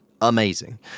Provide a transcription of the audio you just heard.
Amazing